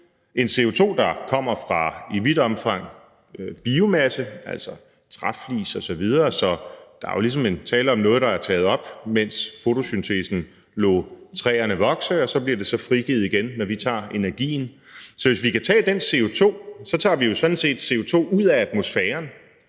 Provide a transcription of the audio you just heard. en CO2, der er i vidt omfang kommer fra biomasse, altså træflis osv. Så der er jo ligesom tale om noget, der er taget op, mens fotosyntesen lod træerne vokse, og så bliver det så frigivet igen, når vi tager energien. Så hvis vi kan tage den CO2, tager vi jo sådan set CO2 ud af atmosfæren,